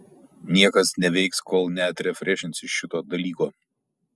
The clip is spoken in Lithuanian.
niekas neveiks kol neatrefrešinsi šito dalyko